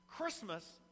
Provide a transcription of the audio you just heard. Christmas